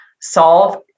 solve